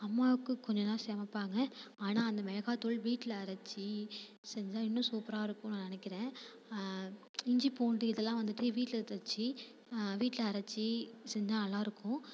அம்மாவுக்கு கொஞ்சந்தான் சமப்பாங்க ஆனால் அந்த மிளகாத்தூள் வீட்டில் அரைச்சி செஞ்சால் இன்னும் சூப்பரா இருக்கும் நான் நினைக்கிறேன் இஞ்சி பூண்டு இதெல்லாம் வந்துட்டு வீட்டில் எடுத்து வச்சு வீட்டில் அரைச்சி செஞ்சால் நல்லா இருக்கும்